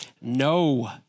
No